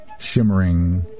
shimmering